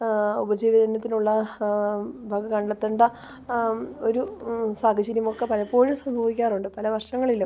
ഉപജീവനത്തിനുള്ള വക കണ്ടെത്തേണ്ട ഒരു സാഹചര്യമൊക്കെ പലപ്പോഴും സംഭവിക്കാറുണ്ട് പല വർഷങ്ങളിലും